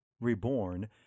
Reborn